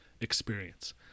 experience